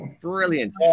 Brilliant